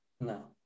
No